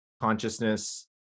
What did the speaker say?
consciousness